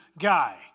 guy